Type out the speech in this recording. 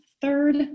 Third